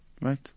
Right